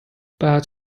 but